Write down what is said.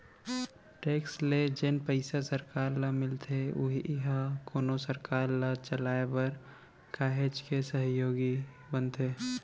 tax ले जेन पइसा सरकार ल मिलथे उही ह कोनो सरकार ल चलाय बर काहेच के सहयोगी बनथे